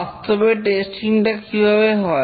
বাস্তবে টেস্টিং টা কিভাবে হয়